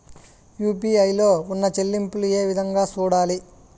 UPI లో ఉన్న చెల్లింపులు ఏ విధంగా సూడాలి